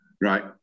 Right